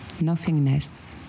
nothingness